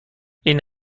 این